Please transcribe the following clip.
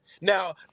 Now